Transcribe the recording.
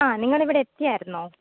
ആ നിങ്ങൾ ഇവിടെ എത്തിയായിരുന്നോ